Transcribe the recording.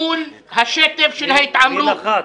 מול השטף של ההתעמרות -- מי לחץ?